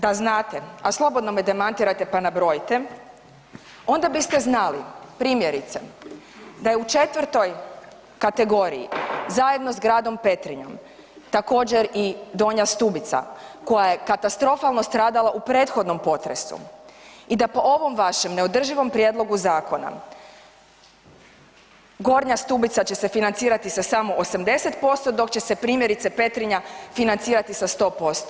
Da znate, a slobodno me demantirajte pa nabrojite, onda biste znali, primjerice, da je u 4. kategoriji zajedno s gradom Petrinjom također i Donja Stubica, koja je katastrofalno stradala u prethodnom potresu i da po ovom vašem neodrživom prijedlogu zakona Gornja Stubica će se financirati sa samo 80%, dok će se primjerice, Petrinja, financirati sa 100%